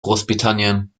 großbritannien